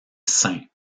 sain